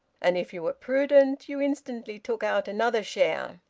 and, if you were prudent, you instantly took out another share.